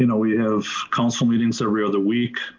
you know we have council meetings every other week.